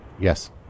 Yes